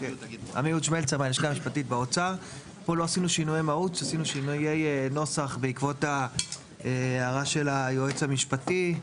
עשינו רק שינויי נוסח בעקבות ההערה של היועץ המשפטי.